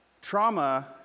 trauma